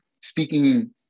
speaking